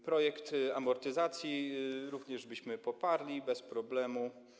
Projekt amortyzacji również byśmy poparli bez problemu.